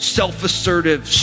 self-assertive